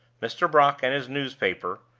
mr. brock and his newspaper,